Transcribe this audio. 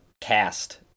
cast